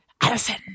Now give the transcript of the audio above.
Allison